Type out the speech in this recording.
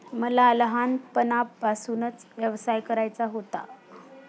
मला लहानपणापासूनच व्यवसाय करायचा होता